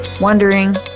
wondering